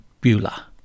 Beulah